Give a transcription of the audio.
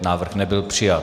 Návrh nebyl přijat.